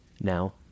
Now